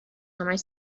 همش